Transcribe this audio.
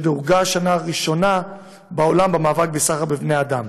שדורגה השנה ראשונה בעולם במאבק בסחר בבני אדם.